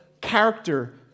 character